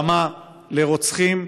במה לרוצחים,